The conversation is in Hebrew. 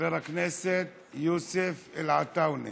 חבר הכנסת יוסף עטאונה.